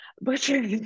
butcher